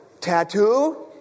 tattoo